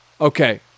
Okay